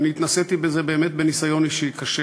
כי אני התנסיתי בזה באמת בניסיון אישי קשה.